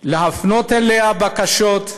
ולהפנות אליה בקשות,